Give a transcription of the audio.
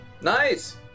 Nice